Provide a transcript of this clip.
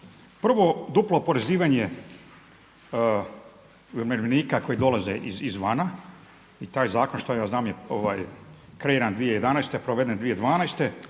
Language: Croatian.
Prvo, duplo oporezivanje umirovljenika koji dolaze izvana i taj zakon, što ja znam, je kreiran 2011. godine, proveden 2012.